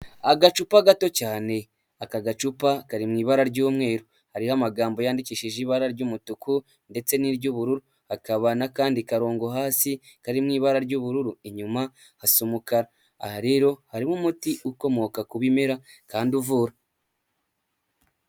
Agacupa gato cyane, aka gacupa kari mu ibara ry'umweru, hariho amagambo yandikishije ibara ry'umutuku ndetse n'iry'ubururu, hakaba n'akandi karongo hasi kari mu ibara ry'ubururu, inyuma hasa umukara. Aha rero harimo umuti ukomoka ku bimera kandi uvura.